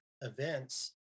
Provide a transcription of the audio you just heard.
events